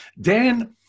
Dan